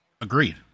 Agreed